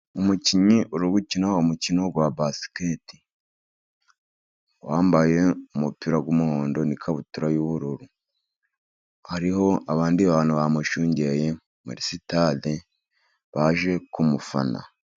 Umukinnyi uri gukina umukino wa basiketi wambaye umupira w'umuhondo n'ikabutura y'ubururu, hariho abandi bantu bamushungeye muri sitade baje kumufana.